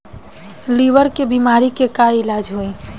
Liver के बीमारी के का इलाज होई?